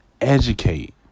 Educate